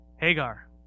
Hagar